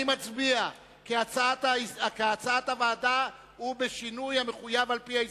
אני מצביע כהצעת הוועדה ובשינוי המחויב על-פי ההסתייגות.